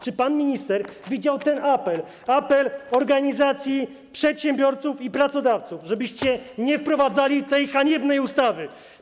Czy pan minister widział apel organizacji przedsiębiorców i pracodawców, żebyście nie wprowadzali tej haniebnej ustawy?